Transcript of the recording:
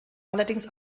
allerdings